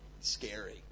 scary